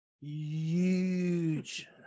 Huge